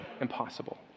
impossible